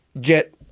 get